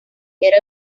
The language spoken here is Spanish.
era